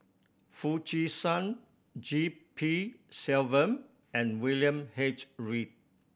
Foo Chee San G P Selvam and William H Read